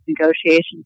negotiations